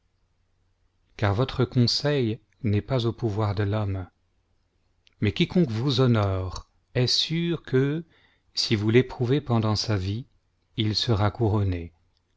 car votre conseil n'est pas au pouvoir de l'homme mais quiconque vous honore est sûr que si vous l'éprouvez pendant sa vie il sera couronné